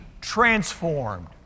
transformed